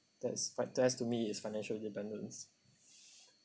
that's but that's to me is financial independence